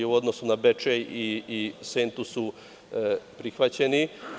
U odnosu na Bečej i Sentu su prihvaćeni.